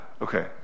Okay